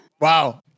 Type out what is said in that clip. Wow